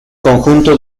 conjuntos